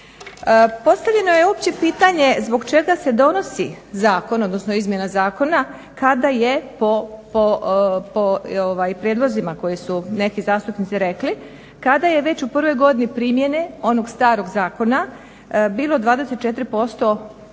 Postavljeno je opće pitanje zbog čega se donosi zakon, odnosno izmjena zakona kada je po prijedlozima koje su neki zastupnici rekli, kada je već u prvoj godini primjene onog starog zakona bilo 24% veći